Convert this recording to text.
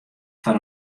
foar